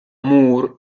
moore